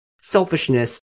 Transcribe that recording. selfishness